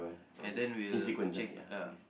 and then we'll check ya